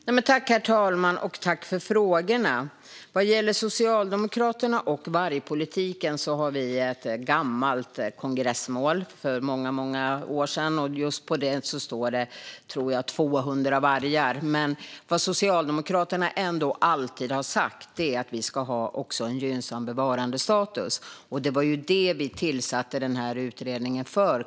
Herr talman! Tack, Daniel Bäckström, för frågorna! Vad gäller Socialdemokraterna och vargpolitiken har vi ett gammalt kongressmål, satt för många år sedan. Där står det, tror jag, 200 vargar. Vad Socialdemokraterna ändå alltid har sagt är att vi ska ha en gynnsam bevarandestatus. Det var det vi tillsatte utredningen för.